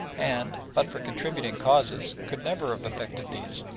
and, but for contributing causes, could never have affected these,